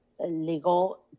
legal